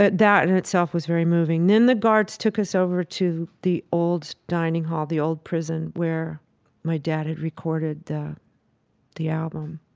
but that in itself was very moving. then the guards took us over to the old dining hall, the old prison where my dad had recorded the the album.